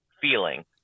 feeling